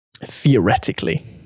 theoretically